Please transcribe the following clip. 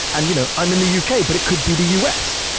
and you know i'm in the u. k, but it could be the u. s.